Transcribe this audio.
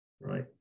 right